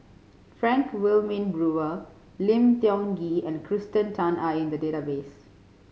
Frank Wilmin Brewer Lim Tiong Ghee and Kirsten Tan are in the database